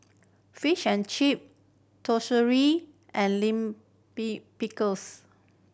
Fish and Chip and Lime P Pickles